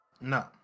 No